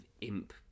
imp